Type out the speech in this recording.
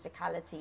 physicality